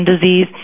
disease